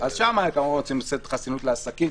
שם כמובן רוצים לתת חסינות לעסקים.